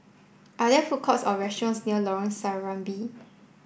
are there food courts or restaurants near Lorong Serambi